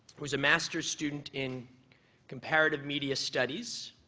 who is a master's student in comparative media studies,